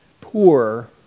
poor